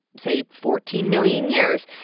say, fourteen million years.